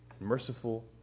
merciful